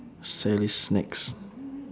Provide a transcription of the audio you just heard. sally's snacks